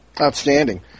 Outstanding